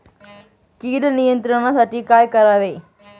कीड नियंत्रणासाठी काय करावे?